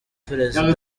prezida